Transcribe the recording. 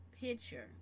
picture